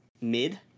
mid